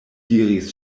diris